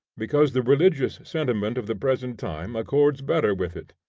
because the religious sentiment of the present time accords better with it.